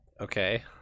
Okay